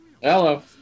Hello